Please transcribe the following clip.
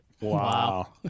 Wow